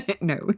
no